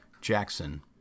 Jackson